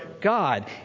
God